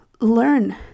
learn